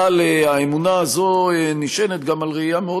אבל האמונה הזאת נשענת גם על ראייה מאוד